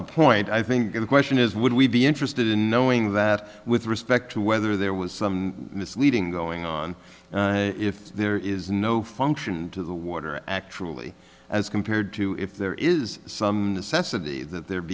the point i think the question is would we be interested in knowing that with respect to whether there was some misleading going on if there is no function into the water actually as compared to if there is some sense of the that there